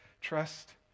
trust